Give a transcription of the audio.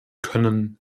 können